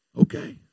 Okay